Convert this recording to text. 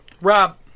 Rob